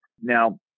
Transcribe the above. Now